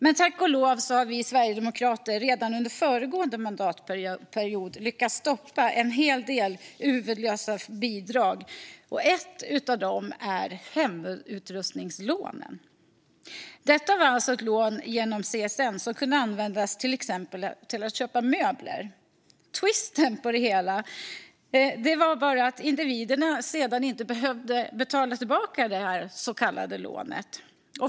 Men tack och lov har vi sverigedemokrater redan under föregående mandatperiod lyckats stoppa en hel del huvudlösa bidrag, och ett av dem är hemutrustningslånet. Hemutrustningslånet var ett CSN-lån som kunde användas till att exempelvis köpa möbler. Twisten i det hela var bara att individerna sedan inte behövde betala tillbaka det så kallade lånet.